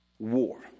war